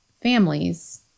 families